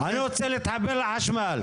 אני רוצה להתחבר לחשמל,